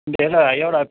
एउटा एउटा